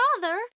father